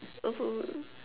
oh so